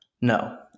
No